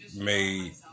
made